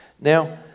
Now